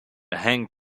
hang